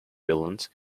villains